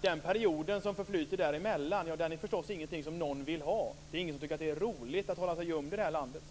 Den period som förflyter fram till dess vill förstås ingen ha. Ingen tycker att det är roligt att hålla sig gömd i det här landet.